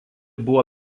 buvo